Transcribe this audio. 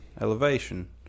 elevation